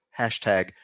hashtag